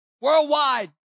Worldwide